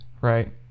right